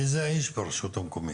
מי זה האדם ברשות המקומית?